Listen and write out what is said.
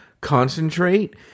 concentrate